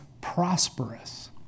prosperous